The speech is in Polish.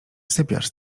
sypiasz